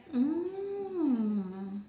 mm